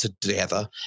together